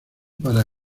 para